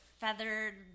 feathered